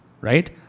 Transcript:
right